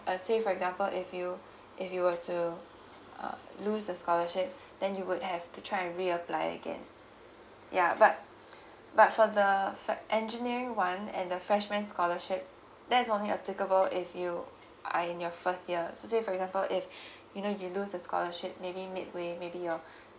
uh say for example if you if you were to uh lose the scholarship then you would have to try and reapply again ya but but for the uh fac~ engineering one and the freshman scholarship that is only applicable if you are in your first year so say for example if you know you lose a scholarship maybe midway maybe your